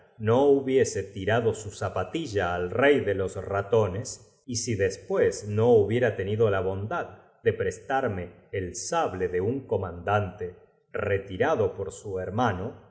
no hubiese tirado su zapatilla al complota el gigante bccagolosa mordió rey de los ratones y si después no hubie ligeramente esa torre y hasta habla co ra tenido la bondad de prestarme el sable menzado á roer la cúpula grande cuando de un comandante retirado por su herlos